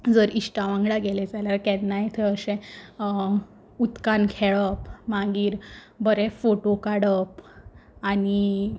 जर इश्टा वांगडा गेलें जाल्या केन्नाय थंय अशें उदकान खेळप मागीर बरे फोटो काडप आनी